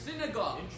synagogue